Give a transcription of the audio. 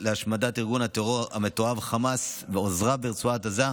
ב-7 באוקטובר החלה מתקפת טרור רצחנית מרצועת עזה,